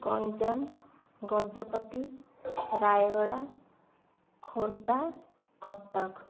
Ganjam Gajapati Rayagada Khordha Cuttack